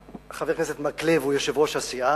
חבר הכנסת מקלב הוא יושב-ראש הסיעה,